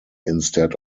instead